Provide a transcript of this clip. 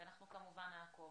ואנחנו כמובן נעקוב.